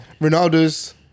ronaldo's